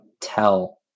tell